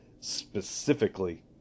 specifically